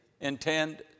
intend